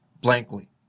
blankly